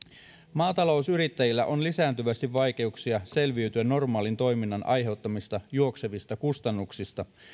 maatalousyrittäjillä on lisääntyvästi vaikeuksia selviytyä normaalin toiminnan aiheuttamista juoksevista kustannuksista